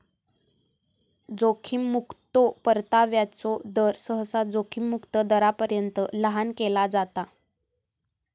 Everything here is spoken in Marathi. जोखीम मुक्तो परताव्याचो दर, सहसा जोखीम मुक्त दरापर्यंत लहान केला जाता